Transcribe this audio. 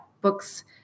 books